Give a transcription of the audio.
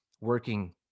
working